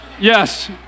Yes